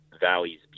valleys